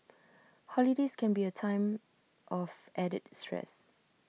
holidays can be A time of added stress